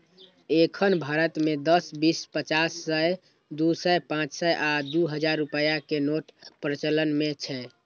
एखन भारत मे दस, बीस, पचास, सय, दू सय, पांच सय आ दू हजार रुपैया के नोट प्रचलन मे छै